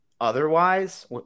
Otherwise